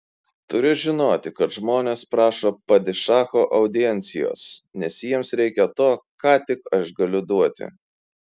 turi žinoti kad žmonės prašo padišacho audiencijos nes jiems reikia to ką tik aš galiu duoti